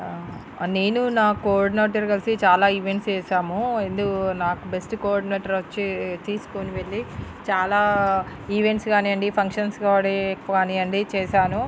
నేను నా కోర్డినేటర్ కలిసి చాలా ఈవెంట్స్ చేసాము ఇందు నాకు బెస్ట్ కోర్డినేటర్ వచ్చి తీసుకొని వెళ్ళి చాలా ఈవెంట్స్ కానియ్యండి ఫంక్షన్స్ గాడి కానియ్యండి చేసాను